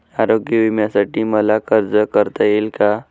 आरोग्य विम्यासाठी मला अर्ज करता येईल का?